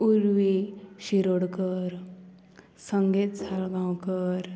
Urvi Shirodkar Sangeet Salgaonkar